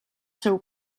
seu